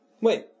Wait